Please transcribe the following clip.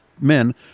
men